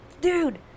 dude